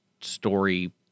story